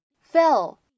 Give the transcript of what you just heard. Phil